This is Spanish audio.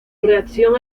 reacción